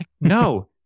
No